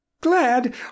Glad